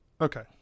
okay